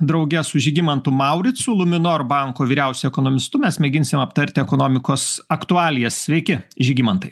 drauge su žygimantu mauricu luminor banko vyriausiu ekonomistu mes mėginsim aptarti ekonomikos aktualijas sveiki žygimantai